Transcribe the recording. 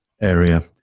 area